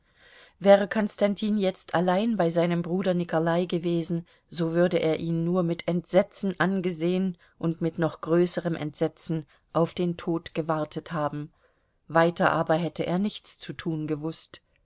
wäre konstantin jetzt allein bei seinem bruder nikolai gewesen so würde er ihn nur mit entsetzen angesehen und mit noch größerem entsetzen auf den tod gewartet haben weiter aber hätte er nichts zu tun gewußt